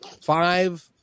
five